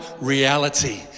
reality